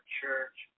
church